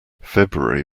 february